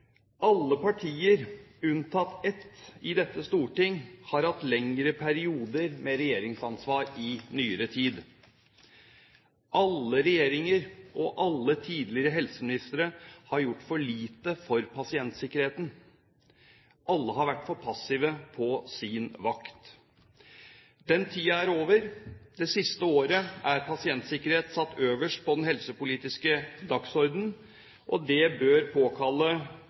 Alle partier, unntatt ett, i dette storting har hatt lengre perioder med regjeringsansvar i nyere tid. Alle regjeringer og alle tidligere helseministre har gjort for lite for pasientsikkerheten. Alle har vært for passive på sin vakt. Den tiden er over. Det siste året er pasientsikkerhet satt øverst på den helsepolitiske dagsordenen, og det bør påkalle